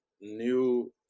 new